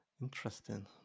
Interesting